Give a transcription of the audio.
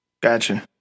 Gotcha